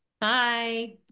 Bye